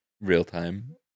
Real-time